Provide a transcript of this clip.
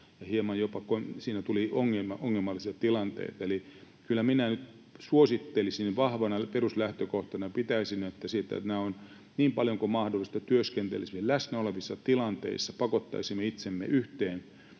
hieman siinä tuli jopa ongelmallisia tilanteita. Eli kyllä minä nyt suosittelisin ja vahvana peruslähtökohtana pitäisin sitä, että niin paljon kuin mahdollista työskentelisimme läsnä olevissa tilanteissa, pakottaisimme itsemme yhteen